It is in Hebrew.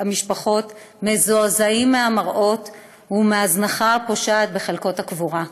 מזועזעים מהמראות ומההזנחה הפושעת בחלקת הקבורה.